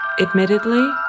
Admittedly